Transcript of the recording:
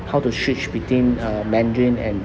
how to switch between uh mandarin and